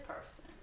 person